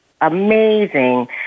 amazing